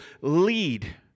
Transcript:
lead